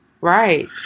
Right